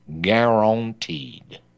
Guaranteed